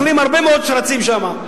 אוכלים הרבה מאוד שרצים שם.